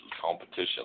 competition